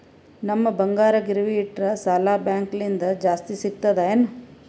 ನಮ್ ಬಂಗಾರ ಗಿರವಿ ಇಟ್ಟರ ಸಾಲ ಬ್ಯಾಂಕ ಲಿಂದ ಜಾಸ್ತಿ ಸಿಗ್ತದಾ ಏನ್?